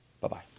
Bye-bye